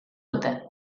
dute